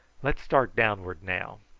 let's start downward now.